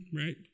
right